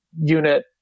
unit